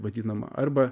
vadinama arba